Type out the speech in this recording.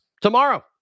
tomorrow